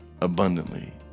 abundantly